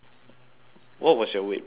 what was your weight previously